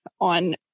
on